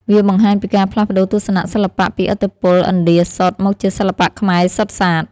វាបង្ហាញពីការផ្លាស់ប្តូរទស្សនៈសិល្បៈពីឥទ្ធិពលឥណ្ឌាសុទ្ធ មកជាសិល្បៈខ្មែរសុទ្ធសាធ។